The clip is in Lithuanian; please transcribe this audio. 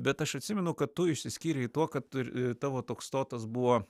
bet aš atsimenu kad tu išsiskyrei tuo kad tavo toks stotas buvo